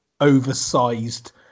oversized